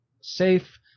safe